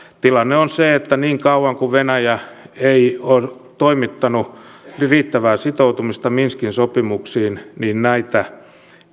tilanne on se että niin kauan kuin venäjä ei ole toimittanut riittävää sitoutumista minskin sopimukseen näitä